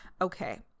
Okay